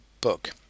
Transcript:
book